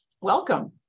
Welcome